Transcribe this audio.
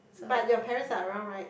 but your parents are around right